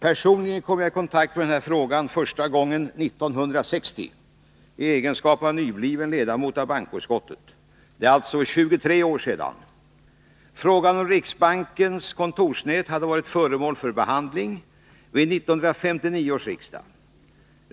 Personligen kom jag i kontakt med frågan första gången 1960 i egenskap av nybliven ledamot av bankoutskottet. Det är alltså 23 år sedan. Frågan om riksbankens kontorsnät hade varit föremål för behandling vid 1959 års riksdag.